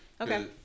Okay